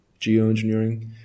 geoengineering